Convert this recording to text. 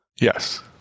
Yes